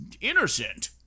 Innocent